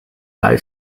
live